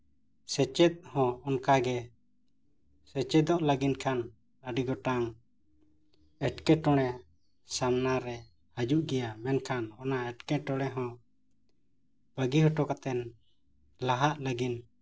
ᱥᱮᱪᱮᱫ ᱦᱚᱸ ᱚᱱᱠᱟᱜᱮ ᱥᱮᱪᱮᱫᱚᱜ ᱞᱟᱹᱜᱤᱫ ᱠᱷᱟᱱ ᱟᱹᱰᱤ ᱜᱚᱴᱟᱝ ᱮᱴᱠᱮᱴᱚᱬᱮ ᱥᱟᱢᱱᱟ ᱨᱮ ᱦᱤᱡᱩᱜ ᱜᱮᱭᱟ ᱢᱮᱱᱠᱷᱟᱱ ᱚᱱᱟ ᱮᱴᱠᱮᱴᱚᱬᱮ ᱦᱚᱸ ᱵᱟᱹᱜᱤ ᱦᱚᱴᱚ ᱠᱟᱛᱮᱫ ᱞᱟᱦᱟᱜ ᱞᱟᱹᱜᱤᱫ